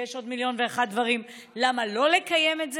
ויש עוד מיליון ואחת דברים למה לא לקיים את זה,